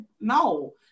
No